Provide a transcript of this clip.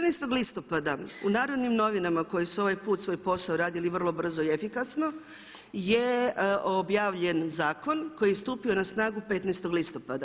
14. listopada u „Narodnim novinama“ koji su ovaj put svoj posao radili vrlo brzo i efikasno je objavljen zakon koji je stupio na snagu 15.listopada.